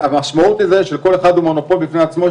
המשמעות של זה שכל אחד הוא מונופול בפני עצמו,